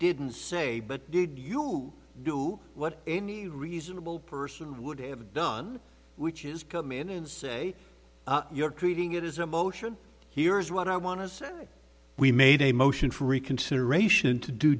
didn't say but did you do what any reasonable person would have done which is come in and say you're treating it as a motion here is what i want to say we made a motion for reconsideration to do